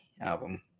album